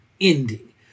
ending